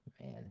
man